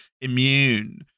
immune